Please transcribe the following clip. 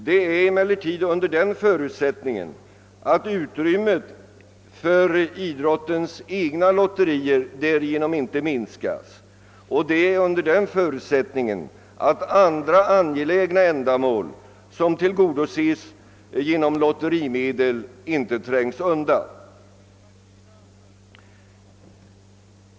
Det är emellertid under den förutsättningen att utrymmet för idrottens egna lotterier därigenom inte minskas, och det är under den förutsättningen att andra angelägna ändamål, som tillgodoses genom lotterimedel, inte trängs undan.